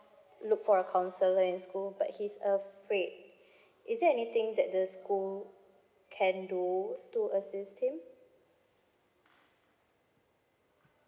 look for a counselor in school but he's afraid is there anything that the school can do to assist him